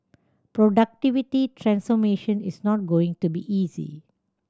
productivity transformation is not going to be easy